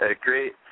great